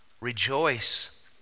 Rejoice